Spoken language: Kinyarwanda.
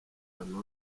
notre